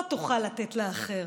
לא תוכל לתת לאחר.